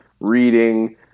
reading